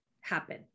happen